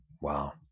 Wow